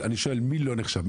מי לא נחשב?